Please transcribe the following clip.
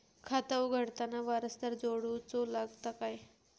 खाता उघडताना वारसदार जोडूचो लागता काय?